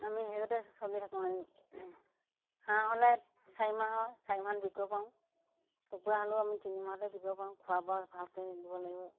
আমি সেইগতে চলি থাকোঁ হাঁহ হ'লে চাৰিমাহ হয় চাৰিমাহত বিকিব পাৰু কুকুৰা হ'লেও আমি তিনিমাহতে বিকিব পাওঁ খোৱা বোৱা ভালকৈ দিব লাগিব